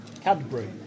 Cadbury